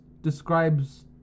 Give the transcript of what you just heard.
describes